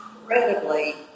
incredibly